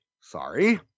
Sorry